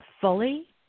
fully